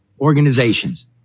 organizations